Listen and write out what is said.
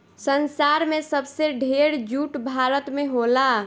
संसार में सबसे ढेर जूट भारत में होला